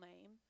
name